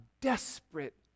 desperate